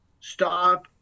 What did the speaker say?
stop